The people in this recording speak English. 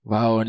Wow